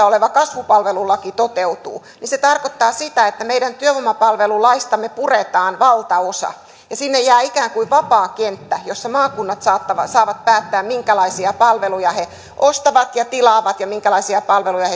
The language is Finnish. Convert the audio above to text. oleva kasvupalvelulaki toteutuu niin se tarkoittaa sitä että meidän työvoimapalvelulaistamme puretaan valtaosa ja sinne jää ikään kuin vapaakenttä jossa maakunnat saavat päättää minkälaisia palveluja he ostavat ja tilaavat ja minkälaisia palveluja